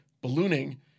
ballooning